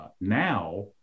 Now